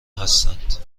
هستند